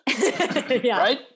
right